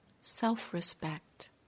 self-respect